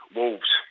Wolves